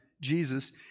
Jesus